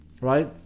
right